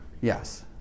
Yes